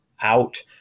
out